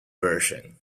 version